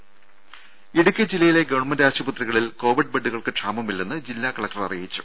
ദേദ ഇടുക്കി ജില്ലയിലെ ഗവൺമെന്റ് ആശുപത്രികളിൽ കോവിഡ് ബെഡ്ഡുകൾക്ക് ക്ഷാമമില്ലെന്ന് ജില്ലാ കളക്ടർ അറിയിച്ചു